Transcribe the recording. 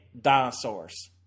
dinosaurs